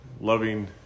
loving